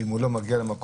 אם הוא לא מגיע למקום,